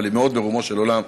אבל היא מאוד ברומו של עולם.